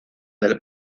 del